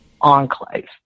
enclave